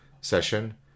session